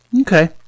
Okay